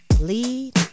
lead